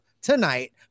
Tonight